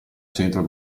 centro